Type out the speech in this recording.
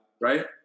right